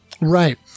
Right